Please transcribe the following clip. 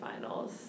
finals